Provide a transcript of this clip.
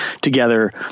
together